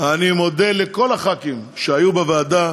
אני מודה לכל חברי הכנסת שהיו בוועדה,